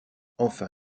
enfin